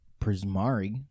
Prismari